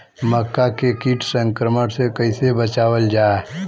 मक्का के कीट संक्रमण से कइसे बचावल जा?